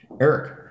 Eric